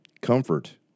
Comfort